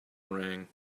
rang